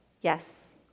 Yes